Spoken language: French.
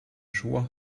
joie